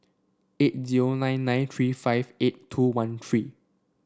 eight zero nine nine three five eight two one three